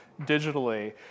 digitally